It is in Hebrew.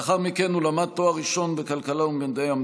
לאחר מכן הוא למד תואר ראשון בכלכלה ובמדעי